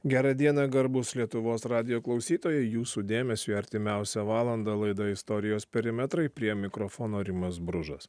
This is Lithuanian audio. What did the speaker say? gerą dieną garbūs lietuvos radijo klausytojai jūsų dėmesiui artimiausią valandą laida istorijos perimetrai prie mikrofono rimas bružas